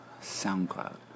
Soundcloud